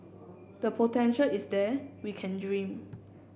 the potential is there we can dream